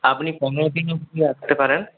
আপনি পনেরো দিন অবধি রাখতে পারেন